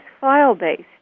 file-based